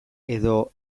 edo